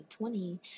2020